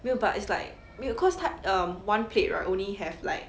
没有 but it's like 没有 cause 它 um one plate right only have like